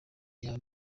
yaba